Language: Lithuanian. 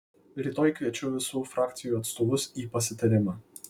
rytoj kviečiu visų frakcijų atstovus į pasitarimą